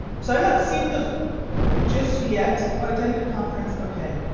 so i'm not seeing those just yet. i attended a conference ok.